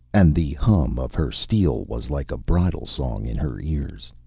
and the hum of her steel was like a bridal song in her ears.